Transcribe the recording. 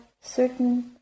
certain